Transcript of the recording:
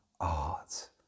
art